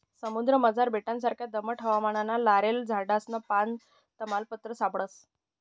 समुद्रमझार बेटससारखा दमट हवामानमा लॉरेल झाडसनं पान, तमालपत्र सापडस